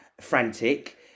frantic